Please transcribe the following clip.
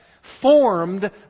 formed